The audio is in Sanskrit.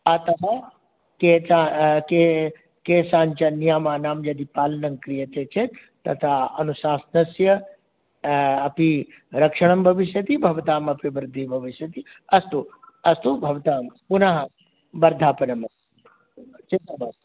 अतः केषाञ्चन नियमानानां यदि पालनं क्रियते चेत् तथा अनुशासनस्य अपि रक्षणं भविष्यति भवतां अपि वृद्धिः भविष्यति अस्तु अस्तु भवतां पुनः वर्धापनं अस्तु चिन्ता मास्तु